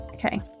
okay